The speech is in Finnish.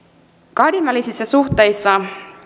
kahdenvälisissä suhteissa